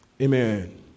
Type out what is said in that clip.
Amen